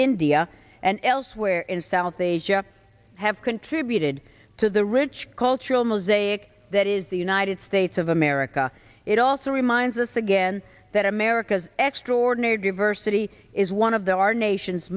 india and elsewhere in south asia have contributed to the rich cultural mosaic that is the united states of america it also reminds us again that america's extraordinary diversity is one of the our nation's